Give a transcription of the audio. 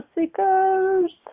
seekers